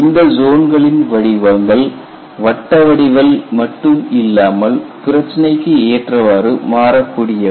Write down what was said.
இந்த ஜோன்களின் வடிவங்கள் வட்டவடிவில் மட்டும் இல்லாமல் பிரச்சினைக்கு ஏற்றவாறு மாறக்கூடியவை